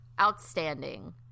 outstanding